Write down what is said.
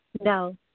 No